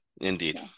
indeed